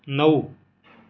नऊ